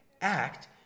act